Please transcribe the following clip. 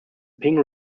ping